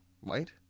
White